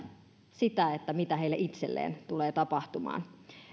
mitä heille itselleen tulee tapahtumaan